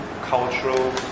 cultural